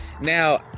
now